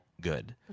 good